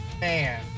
man